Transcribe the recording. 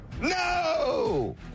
No